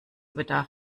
bedarf